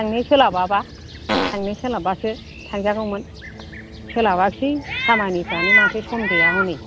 थांनो सोलाबाबा थांनो सोलाबबासो थांजागौमोन सोलाबाखैसै खामानिफ्रानो माथो सम गैया हनै